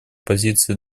позиции